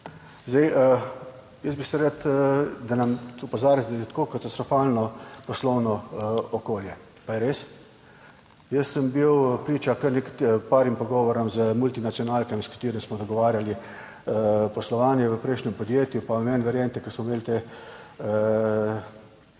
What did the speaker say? Zdaj, jaz bi se rad, da nas opozarja, da je tako katastrofalno poslovno okolje. Pa je res? Jaz sem bil priča kar parim pogovorom z multinacionalkami, s katerimi smo zagovarjali poslovanje v prejšnjem podjetju, pa meni, verjemite, ko smo imeli te